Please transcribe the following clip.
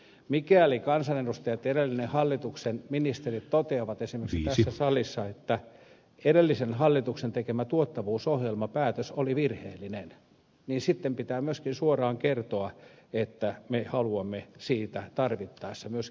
mikäli kansanedustajat ja edellisen hallituksen ministerit toteavat esimerkiksi tässä salissa että edellisen hallituksen tekemä tuottavuusohjelmapäätös oli virheellinen niin sitten pitää myöskin suoraan kertoa että me haluamme siitä tarvittaessa myöskin luopua